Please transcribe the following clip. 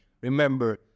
Remember